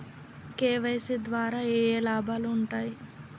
KYC ద్వారా ఏఏ లాభాలు ఉంటాయి?